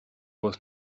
was